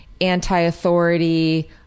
anti-authority